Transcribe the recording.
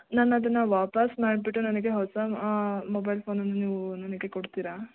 ನಾನು ಅದನ್ನು ವಾಪಸ್ ಮಾಡ್ಬಿಟ್ಟು ನನಗೆ ಹೊಸ ಮೊಬೈಲ್ ಫೋನನ್ನು ನೀವು ನನಗೆ ಕೊಡ್ತೀರಾ